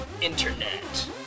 Internet